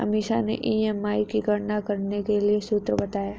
अमीषा ने ई.एम.आई की गणना करने के लिए सूत्र बताए